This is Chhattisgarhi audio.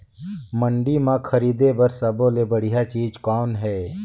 मंडी म खरीदे बर सब्बो ले बढ़िया चीज़ कौन हे?